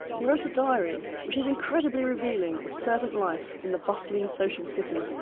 he wrote a diary, which is incredibly revealing of servant life in the bustling social city.